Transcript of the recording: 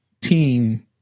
team